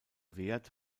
wert